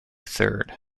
third